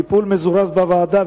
שעשה באמת טיפול מזורז בוועדה,